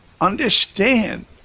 Understand